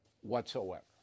whatsoever